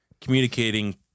communicating